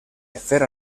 fer